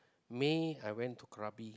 May I went to Krabi